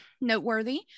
noteworthy